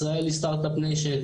ישראל היא סטארט-אפ ניישן,